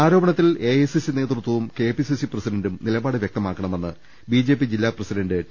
ആരോപണത്തിൽ എഐസിസി നേതൃത്വവും കെപിസിസി പ്രസി ഡന്റും നിലപാട് വൃക്തമാക്കണമെന്ന് ബിജെപി ജില്ലാ പ്രസിഡന്റ് ടി